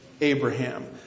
Abraham